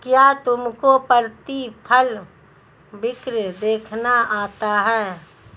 क्या तुमको प्रतिफल वक्र देखना आता है?